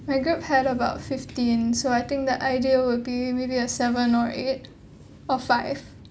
my group had about fifteen so I think the ideal will be maybe a seven or eight or five